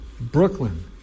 Brooklyn